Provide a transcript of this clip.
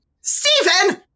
Stephen